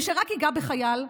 מי שרק ייגע בחייל,